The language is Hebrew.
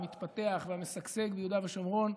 המתפתח והמשגשג ביהודה ושומרון,